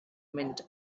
mint